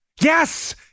Yes